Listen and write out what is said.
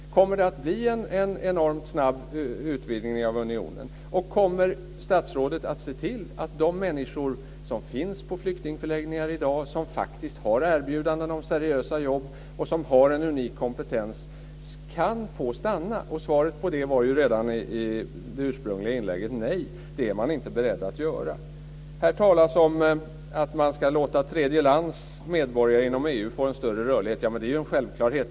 Kommer det att bli en enormt snabb utvidgning av unionen? Kommer statsrådet att se till att de människor som finns på flyktingförläggningar i dag som har erbjudanden om seriösa jobb och som har en unik kompetens kan få stanna? Svaret på den frågan var ju redan i det ursprungliga interpellationssvaret ett nej. Det är man inte beredd att tillåta. Här talas om att man ska låta tredjelandsmedborgare inom EU få en större rörlighet, men det är ju en självklarhet.